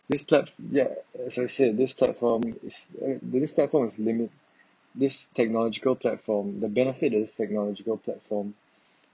this plat~ ya as I said this platform is uh this platform is limit this technological platform the benefit in this technological platform